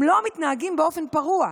הם לא מתנהגים באופן פרוע.